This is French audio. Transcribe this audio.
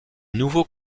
nouveau